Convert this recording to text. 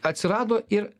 atsirado ir